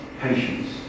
patience